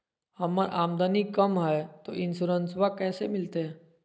हमर आमदनी कम हय, तो इंसोरेंसबा कैसे मिलते?